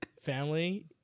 Family